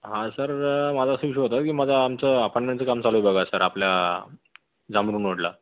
हा सर माझा असा इश्यू होता की माझं आमचं अपार्टमेंटचं काम चालू आहे बघा सर आपल्या जांभरुण रोडला